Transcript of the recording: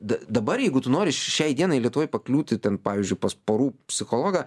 dabar jeigu tu nori šiai dienai lietuvoje pakliūti ten pavyzdžiui pas porų psichologą